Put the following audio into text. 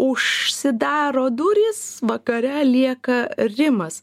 užsidaro durys vakare lieka rimas